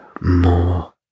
more